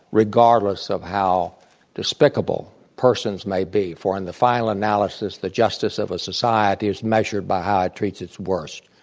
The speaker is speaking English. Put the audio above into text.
regardless of how despicable persons may be. for in the final analysis the justice of a society is measured by how it treats its worst,